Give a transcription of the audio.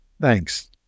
Thanks